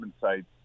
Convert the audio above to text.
sites